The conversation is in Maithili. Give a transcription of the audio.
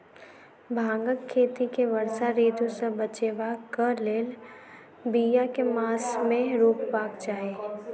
भांगक खेती केँ वर्षा ऋतु सऽ बचेबाक कऽ लेल, बिया केँ मास मे रोपबाक चाहि?